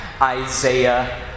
isaiah